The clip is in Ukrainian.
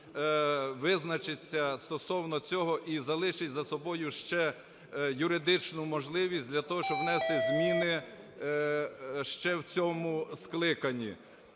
визначиться стосовно цього і залишить за собою ще юридичну можливість для того, щоб внести зміни ще в цьому скликанні,